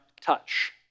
touch